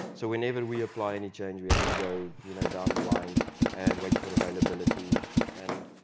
so whenever we apply any change, we have to go you know down the line and wait for availability and,